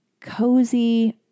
cozy